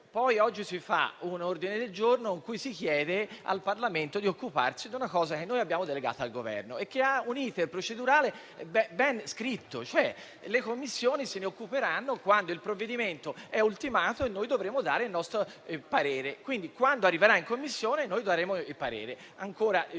si presenta un ordine del giorno in cui si chiede al Parlamento di occuparsi di una materia che noi abbiamo delegato al Governo e che ha un *iter* procedurale ben scritto: le Commissioni se ne occuperanno quando il provvedimento sarà ultimato e noi dovremo esprimere il parere. Quindi, quando il testo arriverà in Commissione, noi daremo il parere.